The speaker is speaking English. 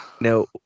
now